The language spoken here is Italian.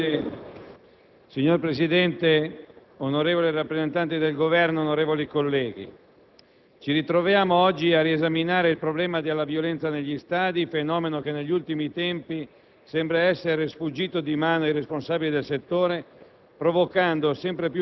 finestra") *(UDC)*. Signor Presidente, onorevoli rappresentanti del Governo, onorevoli colleghi, ci ritroviamo oggi a riesaminare il problema della violenza negli stadi, fenomeno che negli ultimi tempi sembra essere sfuggito di mano ai responsabili del settore,